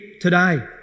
today